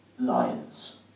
Lions